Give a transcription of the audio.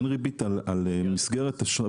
אין ריבית על מסגרת אשראי.